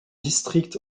district